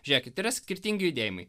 žiūrėkit yra skirtingi judėjimai